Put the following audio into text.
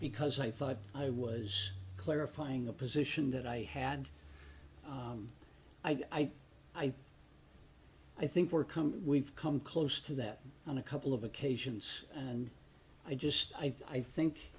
because i thought i was clarifying the position that i had i i i think we're coming we've come close to that on a couple of occasions and i just i think